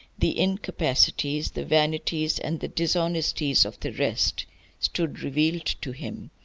the incapacitaties, the vanities, and the dishonesties of the rest stood revealed to him,